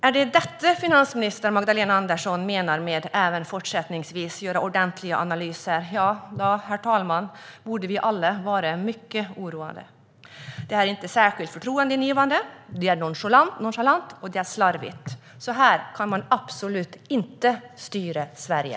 Är det detta finansminister Magdalena Andersson menar med "även fortsättningsvis göra ordentliga analyser" borde vi alla vara mycket oroade. Detta är inte särskilt förtroendeingivande. Det är nonchalant, och det är slarvigt. Så här kan man absolut inte styra Sverige!